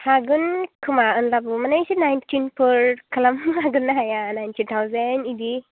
हागोन खोमा होनब्लाबो मानि एसे नाइनटिनफोर खालामनो हागोन ना हाया नाइनटिन थाउजेन्ड बिदि